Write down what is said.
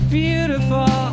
beautiful